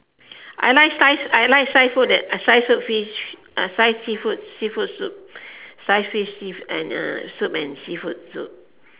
I like sliced I like sliced food that sliced food fish sliced seafood seafood soup sliced fish and uh soup and seafood soup